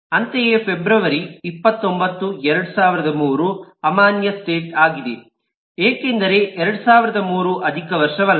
ಅಂತೆಯೇ ಫೆಬ್ರವರಿ 29 2003 ಅಮಾನ್ಯ ಸ್ಟೇಟ್ ಆಗಿದೆ ಏಕೆಂದರೆ 2003 ಅಧಿಕ ವರ್ಷವಲ್ಲ